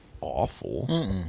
awful